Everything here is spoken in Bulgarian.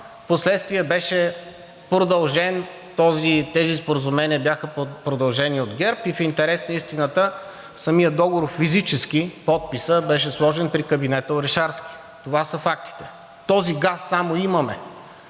впоследствие беше продължен. Тези споразумения бяха продължени от ГЕРБ и в интерес на истината, на самия договор физически подписът беше сложен при кабинета Орешарски. Това са фактите. Този газ само имаме,